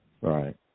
right